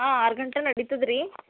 ಹಾಂ ಆರು ಗಂಟೆ ನಡಿತದೆ ರೀ